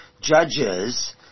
judges